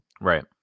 Right